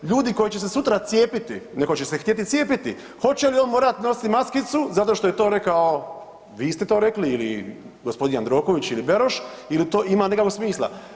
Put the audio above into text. Ljudi koji će se sutra cijepiti, neko će se htjeti cijepiti, hoće li on morat nositi maskicu zato što je to rekao, vi ste to rekli ili g. Jandroković ili Beroš ili to ima nekakvog smisla?